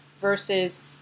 versus